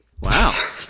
Wow